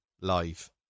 live